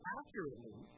accurately